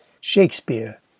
Shakespeare